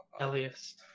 Elias